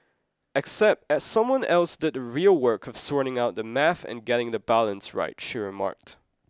except someone else did the real work of sorting out the math and getting the balance right she remarked